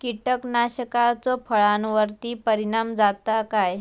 कीटकनाशकाचो फळावर्ती परिणाम जाता काय?